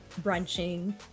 brunching